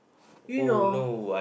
you know